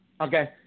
okay